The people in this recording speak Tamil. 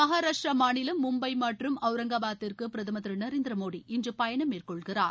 மகாராஷ்டிர மாநிலம் மும்பை மற்றும் அவுரங்காபாதிற்கு பிரதமர் திரு நரேந்திர மோடி இன்று பயணம் மேற்கொள்கிறார்